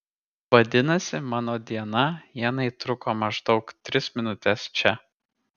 vadinasi mano diena ienai truko maždaug tris minutes čia